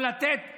או לתת לגיטימציה,